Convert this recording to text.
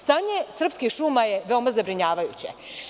Stanje srpskih šuma je veoma zabrinjavajuće.